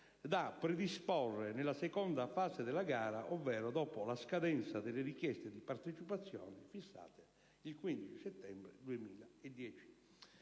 da predisporre nella seconda fase della gara ovvero dopo la scadenza delle richieste di partecipazione fissata il 15 settembre 2010.